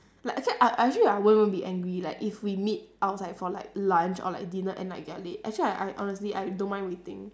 like actually I I actually I won't won't be angry like if we meet outside for like lunch or like dinner and like you are late actually I I honestly I don't mind waiting